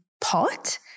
pot